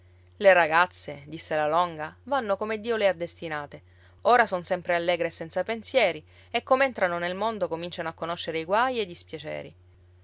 le ragazze disse la longa vanno come dio le ha destinate ora son sempre allegre e senza pensieri e com'entrano nel mondo cominciano a conoscere i guai e i dispiaceri